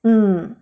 mm